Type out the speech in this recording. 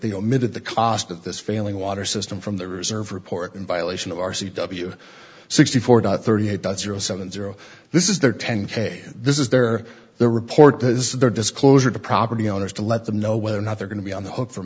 they omitted the cost of this failing water system from the reserve report in violation of our c w sixty four thirty eight that zero seven zero this is their ten k this is their their report is their disclosure to property owners to let them know whether or not they're going to be on the hook for